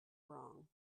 wrong